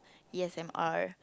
E S M R